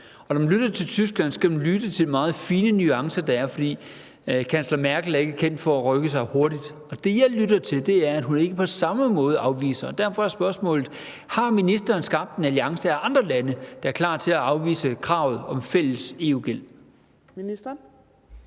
Når man lytter til Tyskland, skal man lytte til de meget fine nuancer, der er, for kansler Merkel er ikke kendt for at rykke sig hurtigt. Det, jeg lytter mig til, er, at hun ikke på samme måde afviser det. Derfor er spørgsmålet: Har ministeren skabt en alliance af andre lande, der er klar til at afvise kravet om fælles EU-gæld? Kl.